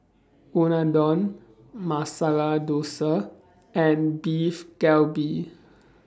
Unadon Masala Dosa and Beef Galbi